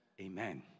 Amen